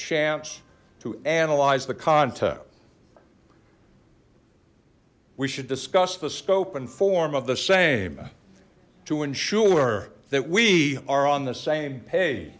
chance to analyze the content we should discuss the scope and form of the same to ensure that we are on the same